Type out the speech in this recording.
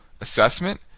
assessment